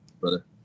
brother